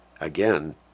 again